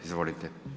Izvolite.